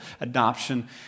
adoption